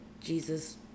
Jesus